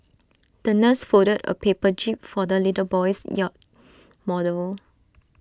the nurse folded A paper jib for the little boy's yacht model